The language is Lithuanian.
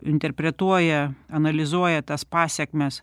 interpretuoja analizuoja tas pasekmes